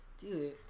dude